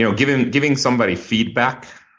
you know giving giving somebody feedback,